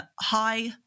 high